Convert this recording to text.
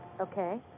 Okay